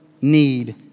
need